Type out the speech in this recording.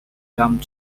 dump